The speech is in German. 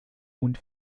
und